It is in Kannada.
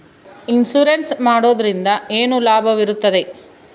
ಇನ್ಸೂರೆನ್ಸ್ ಮಾಡೋದ್ರಿಂದ ಏನು ಲಾಭವಿರುತ್ತದೆ?